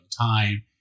time